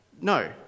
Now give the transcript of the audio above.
No